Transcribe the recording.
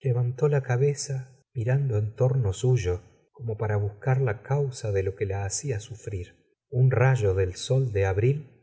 y levantó la cabeza mirando en torno suyo como para buscar la causa de lo que la hacía sufrir un rayo de sol de abril